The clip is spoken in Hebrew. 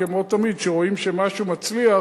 כמו תמיד שכשרואים שמשהו מצליח,